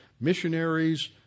missionaries